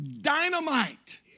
dynamite